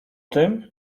tym